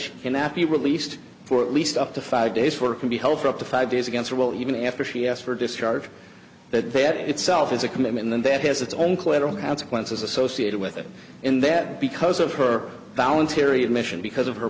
she cannot be released for at least up to five days for can be held for up to five days against her will even after she asked for discharge that that itself is a commitment and that has its own collateral consequences associated with it in that because of her voluntary admission because of her